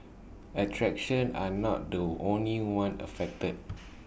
attractions are not the only ones affected